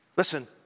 Listen